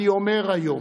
אני אומר היום: